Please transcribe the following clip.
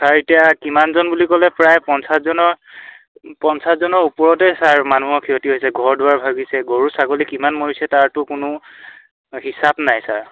sir এতিয়া কিমানজন বুলি ক'লে প্ৰায় পঞ্চাছজনৰ পঞ্চাছজনৰ ওপৰতে ছাৰ মানুহৰ ক্ষতি হৈছে ঘৰ দুৱাৰ ভাগিছে গৰু ছাগলী কিমান মৰিছে তাৰতো কোনো হিচাপ নাই ছাৰ